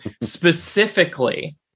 specifically